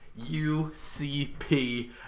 UCP